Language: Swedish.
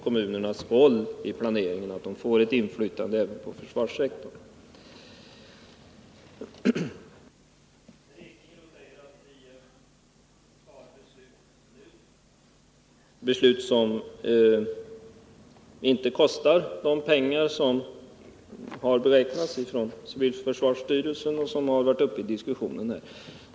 Bernt Ekinge säger att om vi fattar beslut nu blir det ett beslut som inte kostar så mycket pengar som det har beräknats av civilförsvarsstyrelsen och som det har varit diskussion om här.